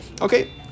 Okay